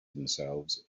themselves